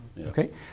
okay